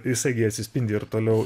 jisai gi atsispindi ir toliau